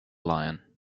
lion